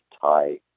tie